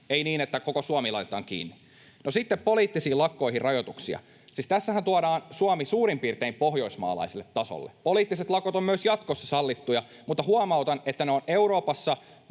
ei niin, että koko Suomi laitetaan kiinni. No, sitten poliittisiin lakkoihin rajoituksia. Siis tässähän tuodaan Suomi suurin piirtein pohjoismaalaiselle tasolle. Poliittiset lakot ovat myös jatkossa sallittuja, mutta huomautan, että ne on Euroopassa